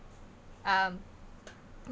um